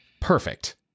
perfect